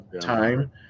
time